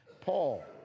Paul